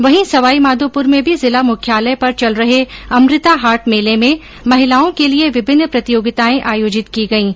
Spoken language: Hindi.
वहीं सवाईमाधोपुर में भी जिला मुख्यालय पर चल रहे अमृता हाट मेले में महिलाओं के लिए विभिन्न प्रतियोगिताएं आयोजित की जा रही है